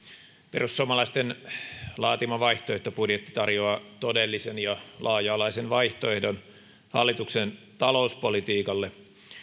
perussuomalaisten laatima vaihtoehtobudjetti tarjoaa todellisen ja laaja alaisen vaihtoehdon hallituksen talouspolitiikalle